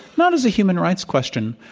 not as a human rights question,